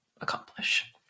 accomplish